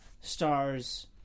stars